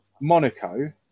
Monaco